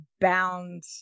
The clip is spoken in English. bound